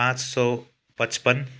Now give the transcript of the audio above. पाँच सौ पच्चपन